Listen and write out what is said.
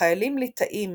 וחיילים ליטאים